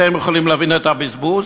אתם יכולים להבין את הבזבוז?